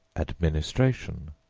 administration,